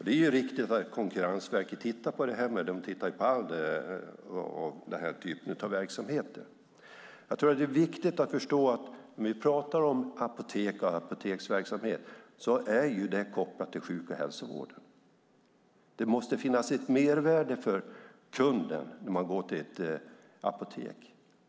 Det är riktigt att Konkurrensverket tittar på det här, men de tittar ju på alla verksamheter av den här typen. När vi pratar om apotek och apoteksverksamhet tror jag att det är viktigt att förstå att det är kopplat till sjuk och hälsovård. Det måste finnas ett mervärde för kunden när man går till ett apotek.